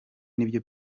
nibyo